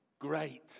Great